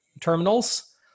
terminals